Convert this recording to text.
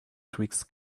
twixt